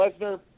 Lesnar